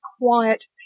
quiet